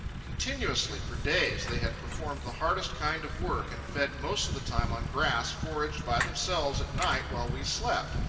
continuously, for days, they had performed the hardest kind of work, and fed most of the time on grass foraged by themselves at night while we slept,